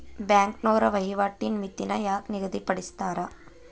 ಬ್ಯಾಂಕ್ನೋರ ವಹಿವಾಟಿನ್ ಮಿತಿನ ಯಾಕ್ ನಿಗದಿಪಡಿಸ್ತಾರ